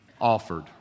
offered